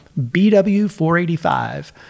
BW485